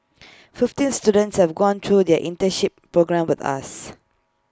fifteen students have gone through their internship programme with us